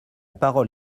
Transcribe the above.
parole